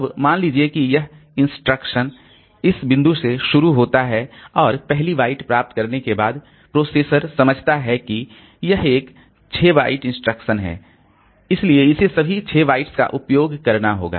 अब मान लीजिए कि यह इंस्ट्रक्शन इस बिंदु से शुरू होता है और पहली बाइट प्राप्त करने के बाद प्रोसेसर समझता है कि यह एक 6 बाइट इंस्ट्रक्शन है इसलिए इसे सभी 6 बाइट्स का उपयोग करना होगा